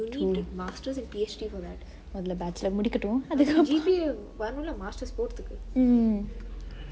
true மொதல்ல:mothale bachelor முடிக்கட்டு அதுக்கப்ரோ:mudikattu athukappero mm